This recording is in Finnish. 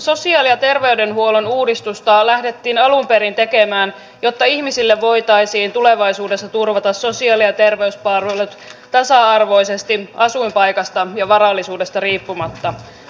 sosiaali ja terveydenhuollon uudistusta lähdettiin alun perin tekemään jotta ihmisille voitaisiin tulevaisuudessa turvata sosiaali ja terveyspalvelut tasa arvoisesti asuinpaikasta ja varallisuudesta riippumatta